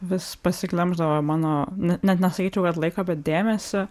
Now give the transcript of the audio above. vis pasiglemždavo mano ne net nesakyčiau kad laiką bet dėmesį